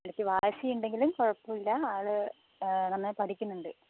ഇടയ്ക്ക് വാശിയുണ്ടെങ്കിലും കുഴപ്പമില്ല ആൾ നന്നായി പഠിക്കുന്നുണ്ട്